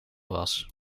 was